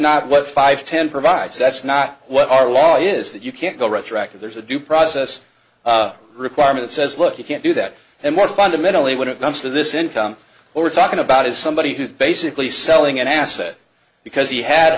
not what five ten provides that's not what our law is that you can't go retroactive there's a due process requirement says look you can't do that and more fundamentally when it comes to this income we're talking about as somebody who's basically selling an asset because he had